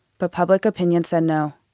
but public opinion said no.